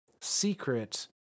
secret